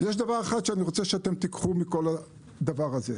יש דבר אחד שאני רוצה שתיקחו מכל הדבר הזה: